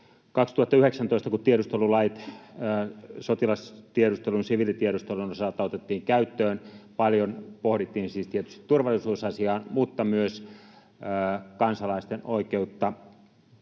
sotilastiedustelun ja siviilitiedustelun osalta otettiin käyttöön, paljon pohdittiin siis tietysti turvallisuusasiaa mutta myös kansalaisten oikeutta